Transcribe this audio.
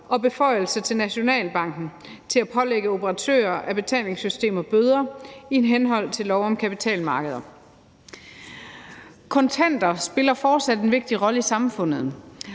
og beføjelse til Nationalbanken til at pålægge operatører af betalingssystemer bøder i henhold til lov om kapitalmarkeder. Kontanter spiller fortsat en vigtig rolle i samfundet,